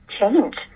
change